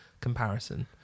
comparison